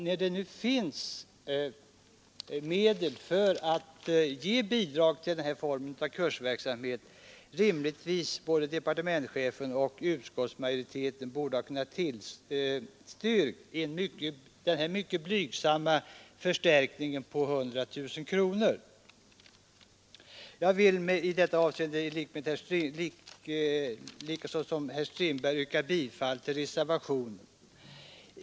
När det nu finns medel för att ge bidrag till denna form av kursverksamhet tycker jag att det skulle ha funnits alla skäl för departementschefen och utskottsmajoriteten att tillstyrka denna mycket blygsamma förstärkning på 100 000 kronor. Jag vill i detta avseende i likhet med herr Strindberg yrka bifall till reservationen.